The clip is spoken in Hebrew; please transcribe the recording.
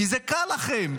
כי זה קל לכם,